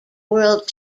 world